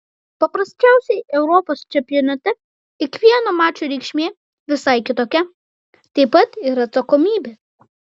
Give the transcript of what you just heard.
paprasčiausiai europos čempionate kiekvieno mačo reikšmė visai kitokia taip pat ir atsakomybė